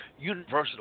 Universal